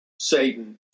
Satan